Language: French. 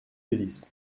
delisle